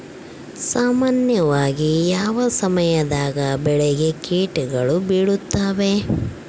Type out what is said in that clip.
ಸಾಮಾನ್ಯವಾಗಿ ಯಾವ ಸಮಯದಾಗ ಬೆಳೆಗೆ ಕೇಟಗಳು ಬೇಳುತ್ತವೆ?